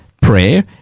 Prayer